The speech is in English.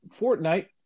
Fortnite